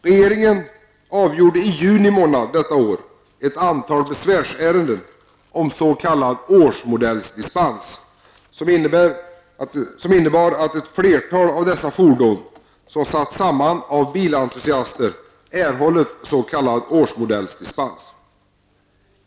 Regeringen avgjorde i juni månad detta år ett antal besvärsärenden om s.k. årsmodellsdispens som innebar att ett flertal av dessa fordon, som satts samman av bilentusiaster, erhållit s.k. årsmodellsdispens.